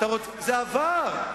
זה עבר.